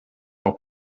auch